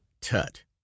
tut